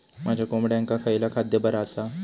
माझ्या कोंबड्यांका खयला खाद्य बरा आसा?